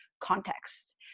context